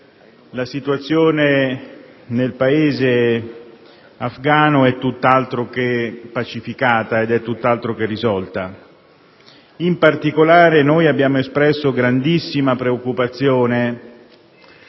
la situazione nel Paese afghano è tutt'altro che pacificata e risolta. In particolare, abbiamo espresso grandissima preoccupazione